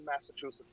Massachusetts